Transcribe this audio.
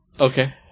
Okay